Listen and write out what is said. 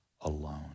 alone